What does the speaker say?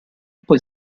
poi